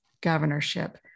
governorship